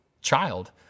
child